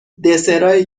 دسرایی